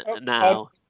now